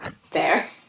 fair